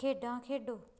ਖੇਡਾਂ ਖੇਡੋ